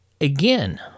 again